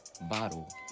bottle